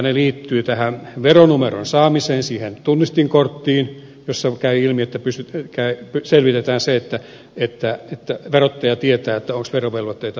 ne liittyvät tähän veronumeron saamiseen siihen tunnistinkorttiin josta käy ilmi selvitetään se että verottaja tietää onko verovelvoitteita hoidettu vai ei